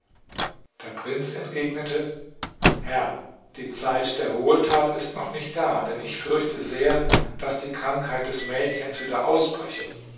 der prinz entgegnete herr die zeit der wohltat ist noch nicht da denn ich fürchte sehr daß die krankheit des mädchens wieder ausbreche